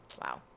Wow